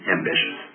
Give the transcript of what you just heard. ambitious